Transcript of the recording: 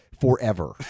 forever